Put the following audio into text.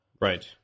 Right